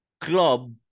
club